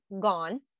gone